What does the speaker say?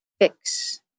fix